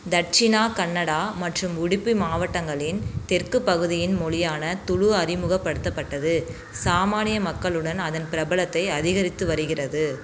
தட்சிணா கன்னடா மற்றும் உடுப்பி மாவட்டங்களின் தெற்குப் பகுதியின் மொழியான துளு அறிமுகப்படுத்தப்பட்டது சாமானிய மக்களுடன் அதன் பிரபலத்தை அதிகரித்து வருகிறது